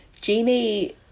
Jamie